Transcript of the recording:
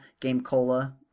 GameCola